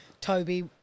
Toby